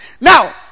Now